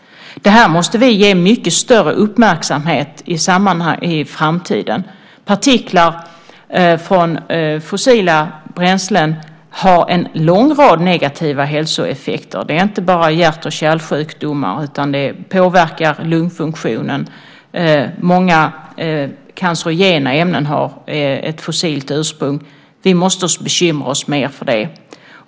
Detta måste vi ägna mycket större uppmärksamhet i framtiden. Partiklar från fossila bränslen har en lång rad negativa hälsoeffekter. Det gäller inte bara hjärt och kärlsjukdomar, utan det påverkar också lungfunktionen. Många cancerogena ämnen har ett fossilt ursprung. Vi måste bekymra oss mer för det.